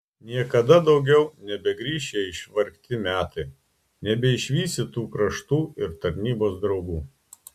niekada daugiau nebegrįš šie išvargti metai nebeišvysi tų kraštų ir tarnybos draugų